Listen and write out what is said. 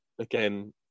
again